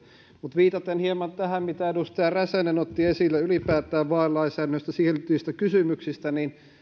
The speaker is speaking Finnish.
mutta viitaten hieman tähän mitä edustaja räsänen otti esille ylipäätään vaalilainsäädännöstä ja siihen liittyvistä kysymyksistä niin